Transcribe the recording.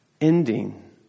ending